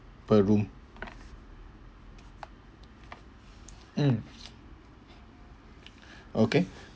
per room mm okay